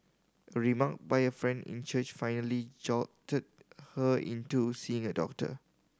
a remark by a friend in church finally jolted her into seeing a doctor